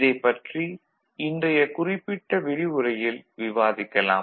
இதைப் பற்றி இன்றையக் குறிப்பிட்ட விரிவுரையில் விவாதிக்கலாம்